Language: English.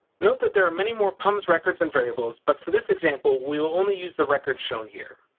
note that there are many more pums records and variables but for this example we will only use the records shown here.